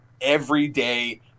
everyday